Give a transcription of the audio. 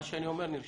מה שאני אומר, נרשם.